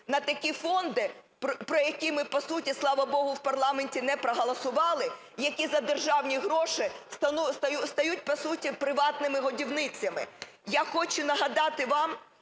на такі фонди, про які ми по суті, слава Богу, в парламенті не проголосували, які за державні гроші стають по суті приватними годівницями. Я хочу нагадати вам,